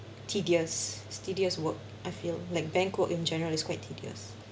tedious it's tedious work I feel like bank work in general is quite tedious